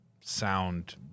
sound